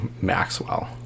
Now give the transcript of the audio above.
maxwell